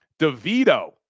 DeVito